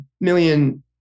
million